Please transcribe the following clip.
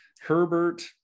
Herbert